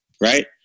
right